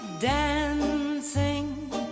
dancing